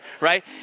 right